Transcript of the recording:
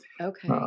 Okay